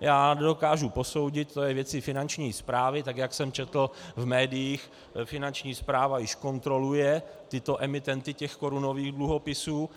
Já nedokážu posoudit, to je věcí Finanční správy, tak jak jsem četl v médiích, Finanční správa již kontroluje tyto emitenty těch korunových dluhopisů,